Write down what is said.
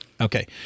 Okay